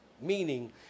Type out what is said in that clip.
Meaning